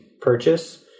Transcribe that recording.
purchase